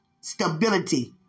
Stability